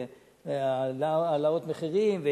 והעלאות מחירים,